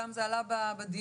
זה עלה בדיון,